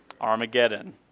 Armageddon